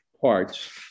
parts